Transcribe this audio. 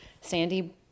sandy